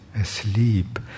asleep